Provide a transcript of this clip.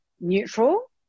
neutral